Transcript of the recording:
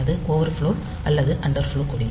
அது ஓவர்ஃப்லோ அல்லது அண்டர்ஃப்லோ கொடி